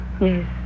Yes